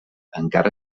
encara